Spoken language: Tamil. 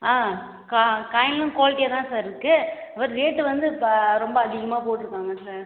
ஆ கா காயினும் குவாலிட்டியாக தான் சார் இருக்குது பட் ரேட்டு வந்து க ரொம்ப அதிகமாக போட்டுருக்காங்க சார்